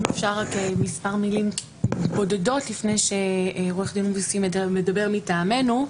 אם אפשר מספר מילים בודדות לפני שעורך הדין בוסי מדבר מטעמנו.